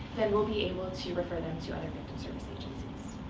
then we'll be able to refer them to other victim service agencies.